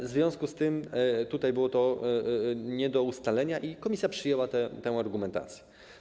W związku z tym, że było to nie do ustalenia, Komisja przyjęła tę argumentację.